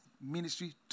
ministry